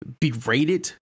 berated